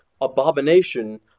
abomination